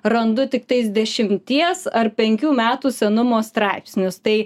randu tiktais dešimties ar penkių metų senumo straipsnius tai